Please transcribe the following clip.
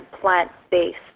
plant-based